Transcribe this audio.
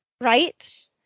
Right